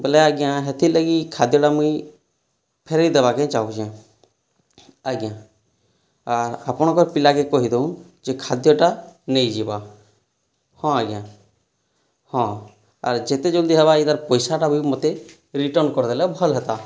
ବୋଲେ ଆଜ୍ଞା ହେଥିର୍ ଲାଗି ଖାଦ୍ୟ ଟା ମୁଇଁ ଫେରାଇ ଦବାକେ ଚାହୁଁଛି ଆଜ୍ଞା ଆପଣ କେ ପିଲା କେ କହିଦନ୍ ଯେ ଖାଦ୍ୟ ଟା ନେଇଯିବା ହଁ ଆଜ୍ଞା ହଁ ଆର୍ ଯେତେ ଜଲଦି ହେବା ପଇସା ଟା ବି ମୋତେ ରିଟର୍ଣ୍ଣ କରିଦେଲେ ଭଲ୍ ହେତା